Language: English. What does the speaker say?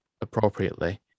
appropriately